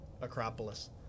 Acropolis